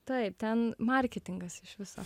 taip ten marketingas iš viso